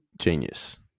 Genius